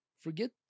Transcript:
forget